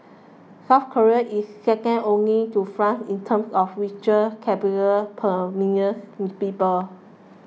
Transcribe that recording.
South Korea is second only to France in terms of ritual per millions people